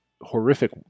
horrific